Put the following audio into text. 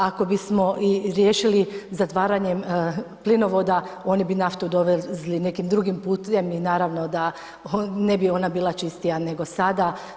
Ako bismo i riješili zatvaranjem plinovoda, oni bi naftu doveli ... nekim drugim putem i naravno da ne bi ona bila čistija nego sada.